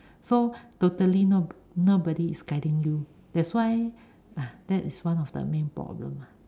so totally no nobody is guiding you that's why !hais! that is one of the main problem lah